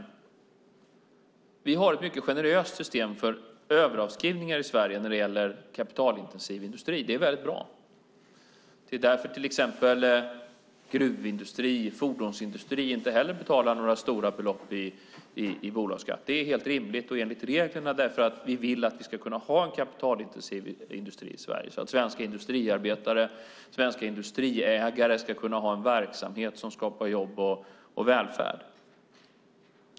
Vi har i Sverige ett mycket generöst system för överavskrivning när det gäller kapitalintensiv industri. Det är mycket bra. Det är därför exempelvis gruvindustrin och fordonsindustrin inte betalar några stora belopp i bolagsskatt. Det är helt rimligt och enligt reglerna eftersom vi vill kunna ha en kapitalintensiv industri så att svenska industriarbetare och svenska industriägare kan upprätthålla en verksamhet som skapar jobb och välfärd.